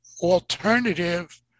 alternative